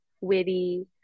witty